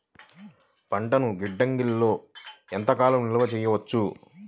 పంటలను గిడ్డంగిలలో ఎంత కాలం నిలవ చెయ్యవచ్చు?